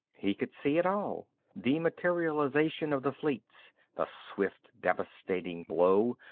he could see it all the materialization of the fleets the swift, devastating blow,